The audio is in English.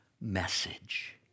message